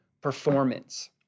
performance